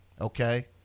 okay